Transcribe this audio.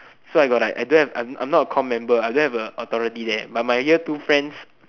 so I got like I don't have I'm I'm not a comm member I don't have a authority there but my year two friends